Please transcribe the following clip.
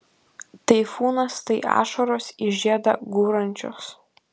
taifūnas tai ašaros į žiedą gūrančios